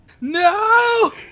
No